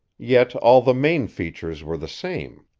yet all the main features were the same.